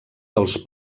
dels